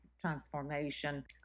transformation